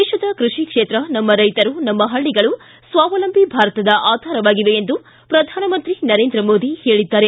ದೇಶದ ಕೃಷಿ ಕ್ಷೇತ್ರ ನಮ್ಮ ರೈತರು ನಮ್ಮ ಹಳ್ಳಿಗಳು ಸ್ವಾವಲಂಬಿ ಭಾರತದ ಆಧಾರವಾಗಿವೆ ಎಂದು ಪ್ರಧಾನಮಂತ್ರಿ ನರೇಂದ್ರ ಮೋದಿ ಹೇಳಿದ್ದಾರೆ